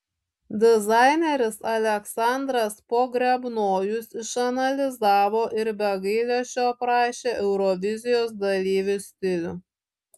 dizaineris aleksandras pogrebnojus išanalizavo ir be gailesčio aprašė eurovizijos dalyvių stilių